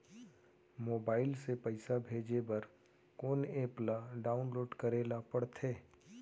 Mobile से पइसा भेजे बर कोन एप ल डाऊनलोड करे ला पड़थे?